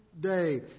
day